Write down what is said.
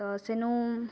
ସେନୁ